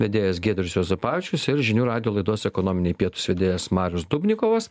vedėjas giedrius juozapavičius ir žinių radijo laidos ekonominiai pietūs vedėjas marius dubnikovas